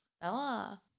Bella